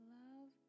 love